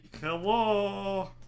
Hello